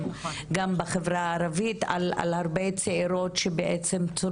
על פניו הצילום נראה בסדר,